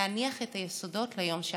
להניח את היסודות ליום שאחרי.